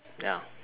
ya